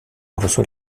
reçoit